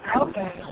Okay